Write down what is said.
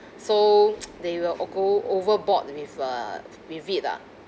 so they will all go overboard with uh with it ah